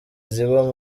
ziba